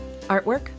Artwork